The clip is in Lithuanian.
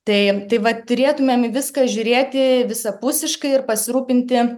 taip tai va turėtumėm į viską žiūrėti visapusiškai ir pasirūpinti